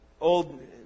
old